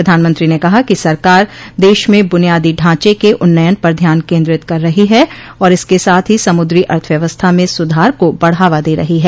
प्रधानमंत्री ने कहा कि सरकार देश में बुनियादी ढांचे के उन्नयन पर ध्यान केन्द्रित कर रही है और इसके साथ ही समुद्री अथव्यवस्था में सुधार को बढावा दे रही है